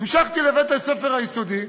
המשכתי לבית-הספר היסודי,